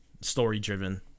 story-driven